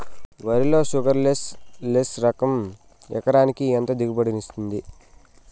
వరి లో sugarless less రకం ఎకరాకి ఎంత దిగుబడినిస్తుంది